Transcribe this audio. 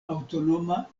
aŭtonoma